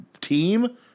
team